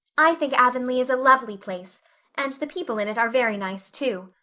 i think avonlea is a lovely place and the people in it are very nice, too.